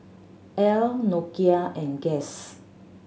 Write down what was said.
Elle Nokia and Guess